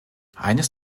eines